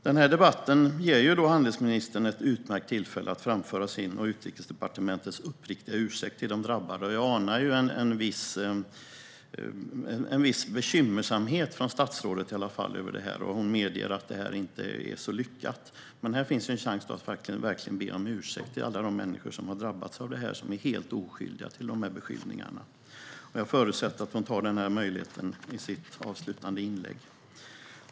Denna debatt ger handelsministern ett utmärkt tillfälle att framföra sin och Utrikesdepartementets uppriktiga ursäkt till de drabbade. Jag anar att statsrådet i alla fall är bekymrad över detta. Hon medger ju att det här inte är så lyckat. Här finns en chans att verkligen be om ursäkt till alla de människor som har drabbats av detta och som är helt oskyldiga till det som de beskyllts för. Jag förutsätter att statsrådet tar denna möjlighet i sitt avslutande inlägg.